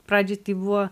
pradžioj tai buvo